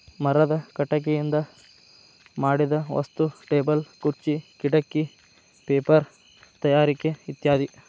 ಮರದ ಕಟಗಿಯಿಂದ ಮಾಡಿದ ವಸ್ತು ಟೇಬಲ್ ಖುರ್ಚೆ ಕಿಡಕಿ ಪೇಪರ ತಯಾರಿಕೆ ಇತ್ಯಾದಿ